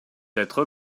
être